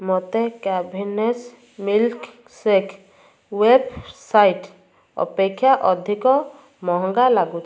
ମୋତେ Keventers milkshake website ଅପେକ୍ଷା ଅଧିକ ମହଙ୍ଗା ଲାଗୁଛି